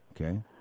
Okay